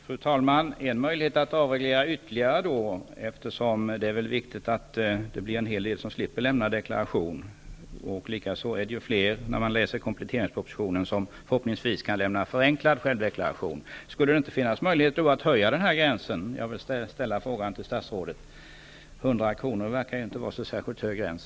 Fru talman! Det finns ytterligare en möjlighet att avreglera, eftersom det väl är viktigt att en hel del personer slipper lämna deklaration. Av kompletteringspropositionen framgår att flera förhoppningsvis kan lämna förenklad självdeklaration. Finns det ingen möjlighet att höja den här gränsen? 100 kr. är ingen särskilt hög gräns.